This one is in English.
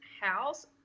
house